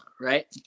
right